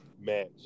match